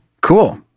cool